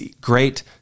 great